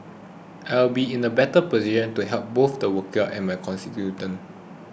I will be in a better position to help both the workers and my constituents